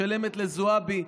משלמת לזועבי,